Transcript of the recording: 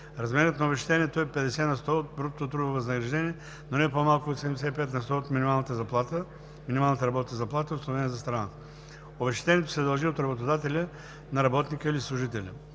Размерът на обезщетението е 50 на сто от брутното трудово възнаграждение, но не по-малко от 75 на сто от минималната работна заплата, установена за страната. Обезщетението се дължи от работодателя на работника или служителя.